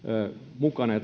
mukana ja